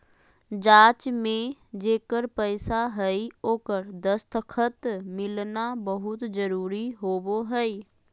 जाँच में जेकर पैसा हइ ओकर दस्खत मिलना बहुत जरूरी होबो हइ